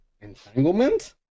entanglement